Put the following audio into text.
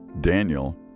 Daniel